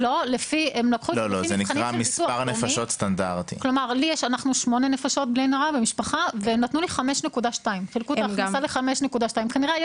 שמונה נפשות במשפחה והם נתנו לי 5.2. כנראה,